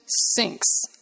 sinks